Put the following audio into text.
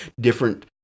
different